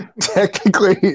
Technically